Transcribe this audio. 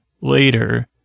later